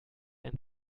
ein